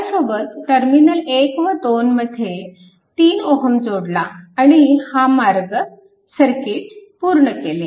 त्यासोबत टर्मिनल 1 व 2 मध्ये 3 Ω जोडला आणि हा मार्ग सर्किट पूर्ण केले